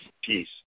Peace